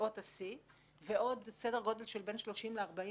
בשעות השיא ועוד סדר גודל של בין 30,000-40,000